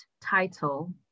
title